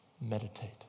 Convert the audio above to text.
meditate